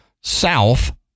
south